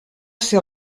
ser